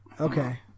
Okay